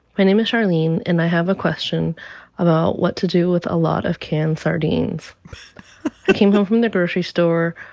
my name is charlene, and i have a question about what to do with a lot of canned sardines. i came from the grocery store,